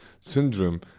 syndrome